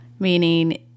meaning